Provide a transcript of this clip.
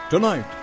Tonight